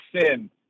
sin